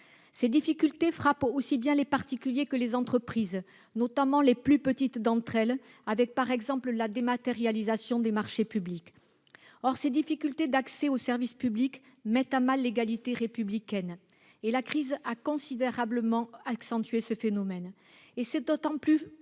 Ces difficultés concernent également les entreprises, notamment les plus petites d'entre elles- je pense par exemple à la dématérialisation des marchés publics. Or ces difficultés d'accès aux services publics mettent à mal l'égalité républicaine, et la crise a considérablement accentué ce phénomène. C'est d'autant plus